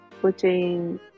putting